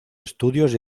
estudios